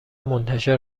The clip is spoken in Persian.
منتشر